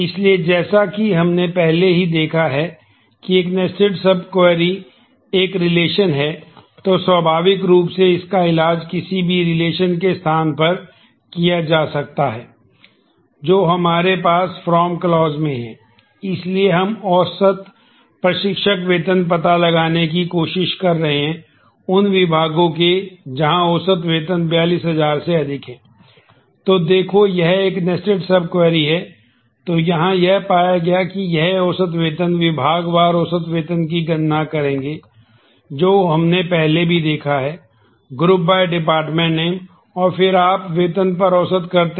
इसलिए जैसा कि हमने पहले ही देखा है कि एक नेस्टेड सब क्वेरी को एक नया नाम दे देते हैं